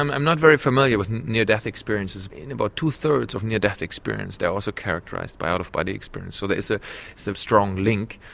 i'm i'm not very familiar with near-death experiences in about two thirds of near-death experience they are also characterised by out-of-body experience, so there is a so strong link.